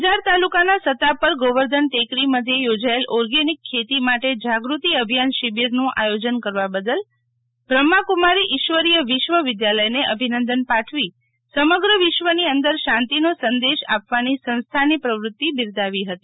અંજાર તાલુકાના સતાપર ગોવર્ધન ટેકરી મધ્યે યોજાયેલ ઓર્ગેનિક ખેતી માટે જાગૃતિ અભિયાન શિબિરનું આયોજન કરવા બદલ બ્રહ્માકુમારી ઇશ્વરીય વિશ્વ વિદ્યાલયને અભિનંદન પાઠવી સમગ્ર વિશ્વની અંદર શાંતિનો સંદેશ આપવાની કોઇની તાકાત હોય તો તે આ સંસ્થાની છે